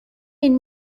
این